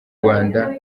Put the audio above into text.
rwanda